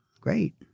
Great